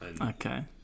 Okay